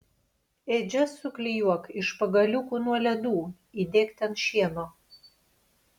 ėdžias suklijuok iš pagaliukų nuo ledų įdėk ten šieno